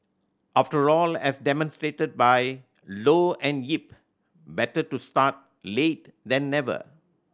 after all as demonstrated by Low and Yip better to start late then never